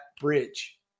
bridge